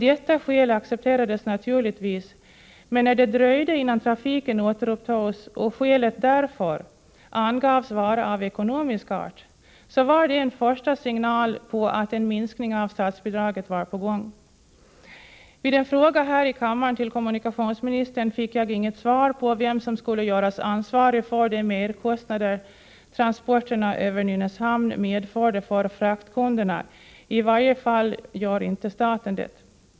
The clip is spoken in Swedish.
Detta skäl accepterades naturligtvis, men när det dröjde innan trafiken återupptogs och skälet därför angavs vara av ekonomisk art, så var det en första signal att en minskning av statsbidraget var på gång. På en fråga här i kammaren till kommunikationsministern fick jag inget besked om vem som skulle göras ansvarig för de merkostnader transporterna över Nynäshamn medförde för fraktkunderna. I varje fall gör inte staten det.